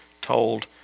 told